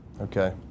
Okay